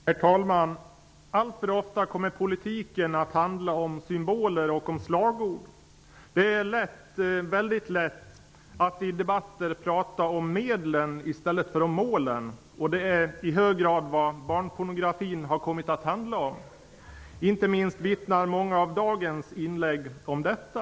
Herr talman! Alltför ofta kommer politiken att handla om symboler och slagord. Det är mycket lätt att i debatter tala om medlen i stället för om målen, och det är i hög grad vad debatten om barnpornografin har kommit att handla om. Inte minst vittnar många av dagens inlägg om detta.